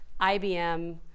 IBM